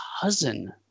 cousin